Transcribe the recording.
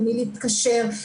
למי להתקשר,